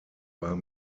war